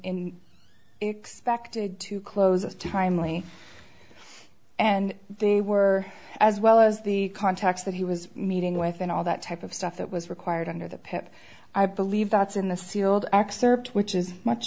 in expected to close a timely and they were as well as the contacts that he was meeting with and all that type of stuff that was required under the pep i believe that's in the sealed excerpt which is much